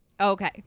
Okay